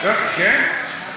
כן?